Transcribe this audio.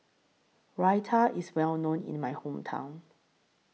Raita IS Well known in My Hometown